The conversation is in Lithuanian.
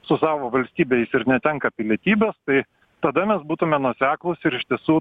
su savo valstybe jis ir netenka pilietybės tai tada mes būtume nuoseklūs ir iš tiesų